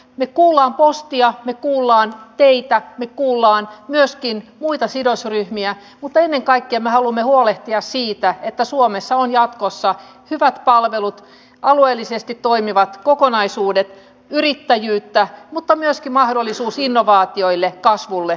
me kuulemme postia me kuulemme teitä me kuulemme myöskin muita sidosryhmiä mutta ennen kaikkea me haluamme huolehtia siitä että suomessa on jatkossa hyvät palvelut alueellisesti toimivat kokonaisuudet yrittäjyyttä mutta myöskin mahdollisuus innovaatioille kasvulle kehitykselle